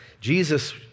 Jesus